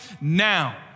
now